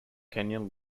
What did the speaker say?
canyon